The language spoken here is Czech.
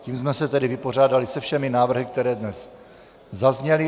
Tím jsme se tedy vypořádali se všemi návrhy, které dnes zazněly.